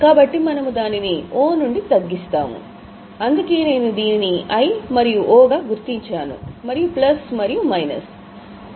కాబట్టి మనము దానిని O నుండి తగ్గిస్తాము అందుకే నేను దీనిని I మరియు O గా గుర్తించాను మరియు ప్లస్ మరియు మైనస్ సరే